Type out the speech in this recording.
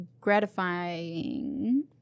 gratifying